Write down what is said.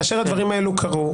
כאשר הדברים האלה קרו,